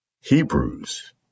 Hebrews